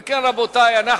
אם כן, רבותי, אנחנו